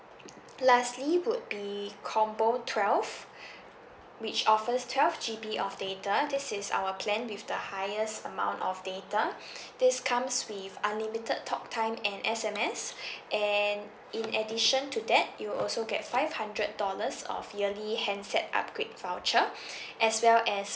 lastly would be combo twelve which offers twelve G_B of data this is our plan with the highest amount of data this comes with unlimited talk time and S_M_S and in addition to that you will also get five hundred dollars of yearly handset upgrade voucher as well as